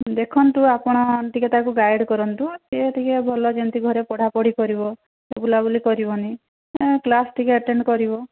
ଦେଖନ୍ତୁ ଆପଣ ଟିକେ ତାକୁ ଗାଇଡ଼ କରନ୍ତୁ ସେ ଟିକେ ଭଲ ଯେମିତି ଘରେ ପଢ଼ାପଢ଼ି କରିବ ବୁଲାବୁଲି କରିବନି କ୍ଲାସ ଟିକେ ଆଟେଣ୍ଡ କରିବ